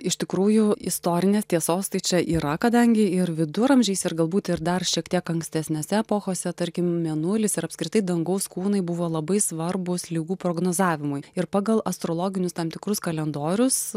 iš tikrųjų istorinės tiesos tai čia yra kadangi ir viduramžiais ir galbūt ir dar šiek tiek ankstesnėse epochose tarkim mėnulis ir apskritai dangaus kūnai buvo labai svarbūs ligų prognozavimui ir pagal astrologinius tam tikrus kalendorius